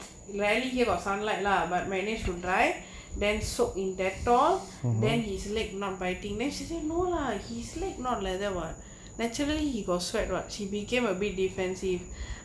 rarely here got sunlight lah but manage should dry then soak in detol then his leg not bitting then she say no lah he slip not leather [one] naturally he got sweat [what] she became a bit defensive